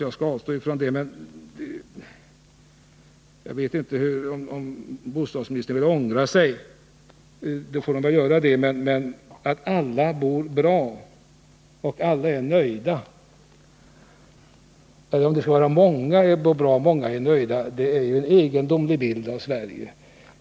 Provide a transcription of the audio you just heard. Jag vet inte om bostadsministern ångrar sig, men hon sade att alla bor bra och alla är nöjda — kanske det inte var alla, men i så fall sade hon många. Det är en egendomlig bild av Sverige.